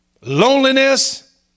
loneliness